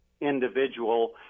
individual